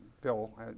Bill